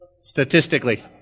Statistically